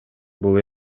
бул